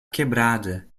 quebrada